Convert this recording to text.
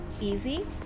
easy